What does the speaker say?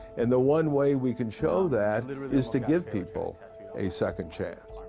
and the one way we can show that is to give people a second chance.